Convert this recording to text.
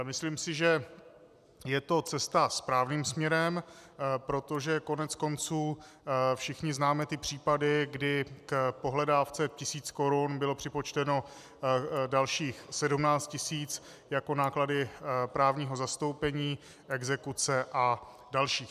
Myslím si, že je to cesta správným směrem, protože koneckonců všichni známe ty případy, kdy k pohledávce tisíc korun bylo připočteno dalších 17 tisíc jako náklady právního zastoupení, exekuce a dalších.